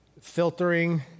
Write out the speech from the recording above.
filtering